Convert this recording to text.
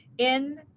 in